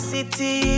City